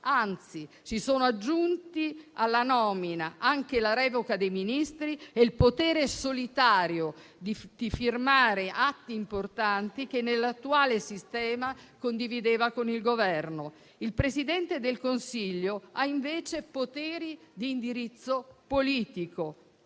anzi, si sono aggiunti alla nomina anche la revoca dei Ministri e il potere solitario di firmare atti importanti che, nell'attuale sistema, condivideva con il Governo. Il Presidente del Consiglio ha invece poteri di indirizzo politico.